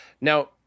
Now